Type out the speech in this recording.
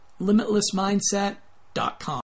limitlessmindset.com